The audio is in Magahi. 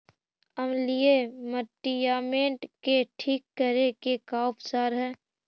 अमलिय मटियामेट के ठिक करे के का उपचार है?